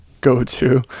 go-to